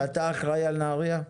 ואתה אחראי על נהריה?